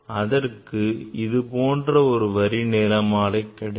அதற்கு இது போன்ற ஒரு வரி நிறமாலை கிடைக்கும்